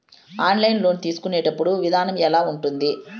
online loan తీసుకునేటప్పుడు విధానం ఎలా ఉంటుంది